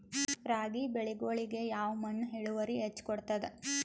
ರಾಗಿ ಬೆಳಿಗೊಳಿಗಿ ಯಾವ ಮಣ್ಣು ಇಳುವರಿ ಹೆಚ್ ಕೊಡ್ತದ?